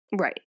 Right